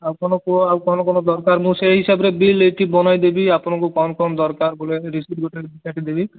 ଆପଣ କୁହ ଆଉ କ'ଣ କ'ଣ ଦରକାର ମୁଁ ସେଇ ହିସାବରେ ବିଲ୍ ଏଠି ବନାଇଦେବି ଆପଣଙ୍କୁ କ'ଣ କ'ଣ ଦରକାର ବୋଲେ ରସିଦ୍ ଗୋଟେ କାଟିଦେବି